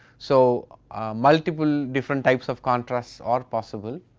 so multiple different types of contrasts are possible